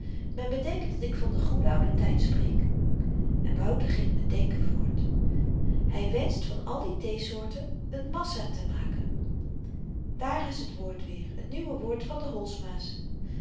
men bedenke dat ik van den goeden ouden tyd spreek en wouter ging met denken voort hy wenscht van al die theesoorten een massa te maken daar is t woord weer het nieuwe woord van de